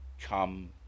come